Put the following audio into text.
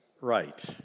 right